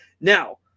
Now